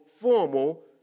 formal